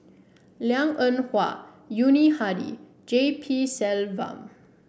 Lliang Eng Hwa Yuni Hadi G P Selvam